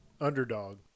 underdog